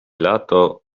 lato